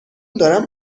دارم